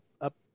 up